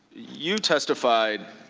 you testified,